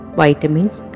vitamins